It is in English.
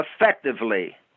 Effectively